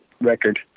record